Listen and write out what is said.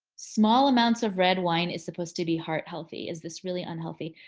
small amounts of red wine is supposed to be heart healthy is this really unhealthy?